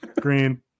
green